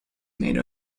made